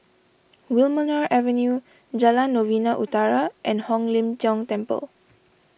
Wilmonar Avenue Jalan Novena Utara and Hong Lim Jiong Temple